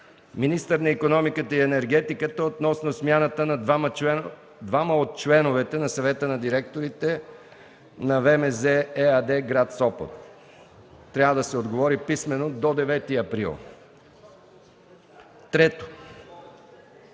министър на икономиката и енергетиката, относно смяната на двама от членовете на Съвета на директорите на „ВМЗ” ЕАД гр. Сопот. Следва да се отговори писмено до 9 април 2014